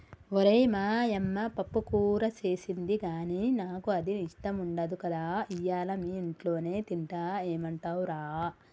ఓరై మా యమ్మ పప్పుకూర సేసింది గానీ నాకు అది ఇష్టం ఉండదు కదా ఇయ్యల మీ ఇంట్లోనే తింటా ఏమంటవ్ రా